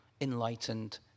enlightened